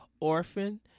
Orphan